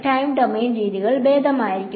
time domain രീതികൾ ബേധമായിരിക്കും